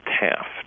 Taft